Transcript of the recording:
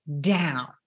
down